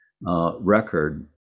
record